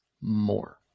more